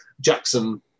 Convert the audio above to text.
Jackson